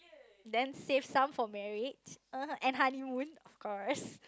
then save some for marriage uh and honeymoon of course